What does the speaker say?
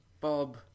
Bob